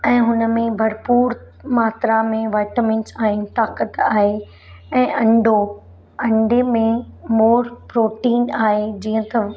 ऐं हुन में भरपूर मात्रा में वाइटमिंस आहिनि ताक़त आहे ऐं अंडो अंडे में मोर प्रोटीन आहे जीअं त